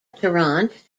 tarrant